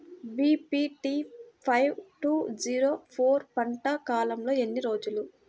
BPT five two zero four పంట కాలంలో ఎన్ని రోజులు?